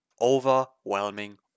overwhelming